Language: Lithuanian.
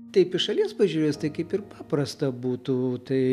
taip iš šalies pažiūrėjus tai kaip ir paprasta būtų tai